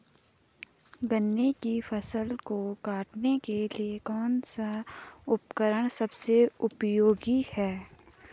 गन्ने की फसल को काटने के लिए कौन सा उपकरण सबसे उपयोगी है?